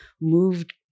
moved